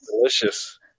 Delicious